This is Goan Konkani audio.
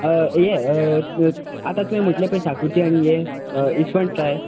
हे आता तुवें म्हटले पळय शाकोती आनी हे ईस्वण फ्राय